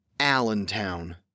Allentown